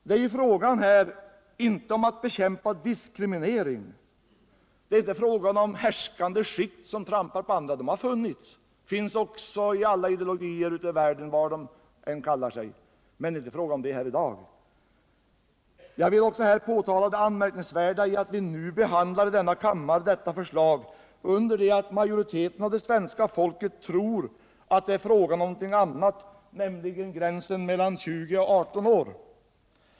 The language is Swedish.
Det är ju här inte fråga om att bekämpa diskriminering, det är inte fråga om härskande skikt som trampar på andra. Sådana har funnits och finns också i 69 alla ideologier ute i världen, vad de än kallar sig. Men det är inte fråga om det här i dag. Jag vill också framhålla det anmärkningsvärda i att vi nu i denna kammare behandlar detta förslag, under det att majoriteten av svenska folket tror att det är fråga om någonting annat, nämligen gränsen 20 eller 18 år.